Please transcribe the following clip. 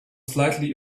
slightly